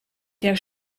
der